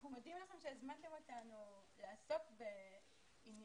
אנחנו מודים לכם שהזמנתם אותנו לעסוק בעניינים